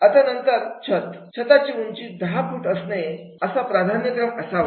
आता नंतर छत छताची उंची दहा फूट असणे असा प्राधान्यक्रम असावा